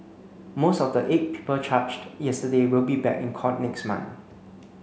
most of the eight people charged yesterday will be back in court next month